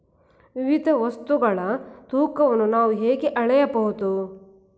ವಿವಿಧ ವಸ್ತುಗಳ ತೂಕವನ್ನು ನಾವು ಹೇಗೆ ಅಳೆಯಬಹುದು?